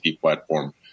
platform